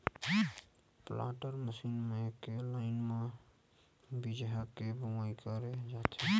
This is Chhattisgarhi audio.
प्लाटर मसीन म एके लाइन म बीजहा के बोवई करे जाथे